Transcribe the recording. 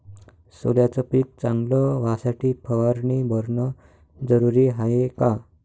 सोल्याचं पिक चांगलं व्हासाठी फवारणी भरनं जरुरी हाये का?